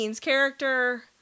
character